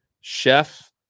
chef